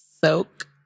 soak